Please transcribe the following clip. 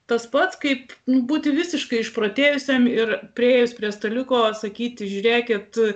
tas pats kaip būti visiškai išprotėjusiam ir priėjus prie staliuko sakyti žiūrėkit